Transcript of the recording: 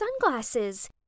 sunglasses